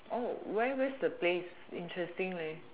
where where's the place interesting